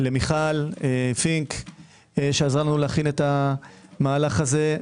למיכל פינק שעזרה לנו להכין את המהלך הזה.